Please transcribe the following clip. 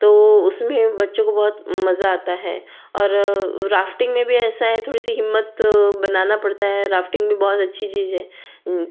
तो उसमें बच्चों को बहुत मज़ा आता है और राफ्टिंग में भी ऐसा है थोड़ी सी हिम्मत बनाना पड़ता है राफ्टिंग भी बहुत अच्छी चीज़ है